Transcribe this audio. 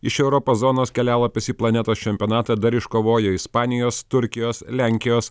iš europos zonos kelialapius į planetos čempionatą dar iškovojo ispanijos turkijos lenkijos